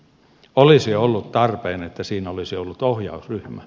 olisi ollut tarpeen että siinä olisi ollut ohjausryhmä